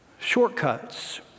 Shortcuts